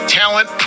talent